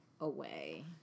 Away